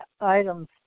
items